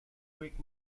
greek